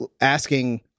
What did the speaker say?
asking